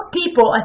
people